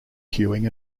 queuing